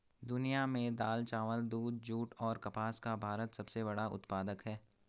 दुनिया में दाल, चावल, दूध, जूट और कपास का भारत सबसे बड़ा उत्पादक है